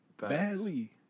Badly